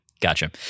Gotcha